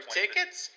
tickets